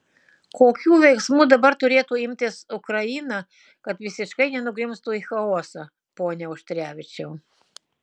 kokių veiksmų dabar turėtų imtis ukraina kad visiškai nenugrimztų į chaosą pone auštrevičiau